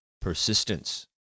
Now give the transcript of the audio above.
Persistence